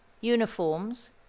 uniforms